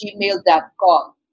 gmail.com